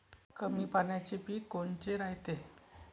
कमी पाण्याचे पीक कोनचे रायते?